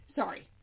sorry